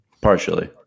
Partially